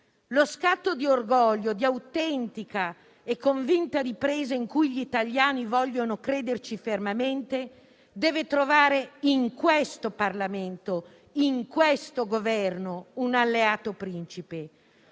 Lo scatto di orgoglio, di autentica e convinta ripresa, a cui gli italiani vogliono credere fermamente, deve trovare in questo Parlamento e in questo Governo un alleato principe,